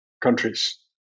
countries